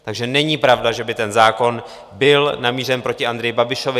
Takže není pravda, že by ten zákon byl namířen proti Andreji Babišovi.